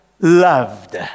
loved